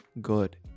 good